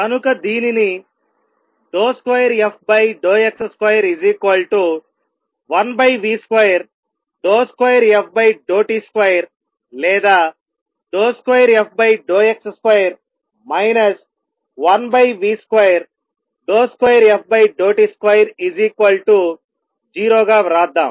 కనుక దీనిని 2fx21v22ft2 లేదా 2fx2 1v22ft20 గా వ్రాద్దాం